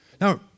Now